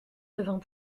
devint